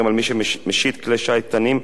גם על מי שמשיט כלי שיט קטנים,